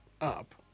up